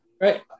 right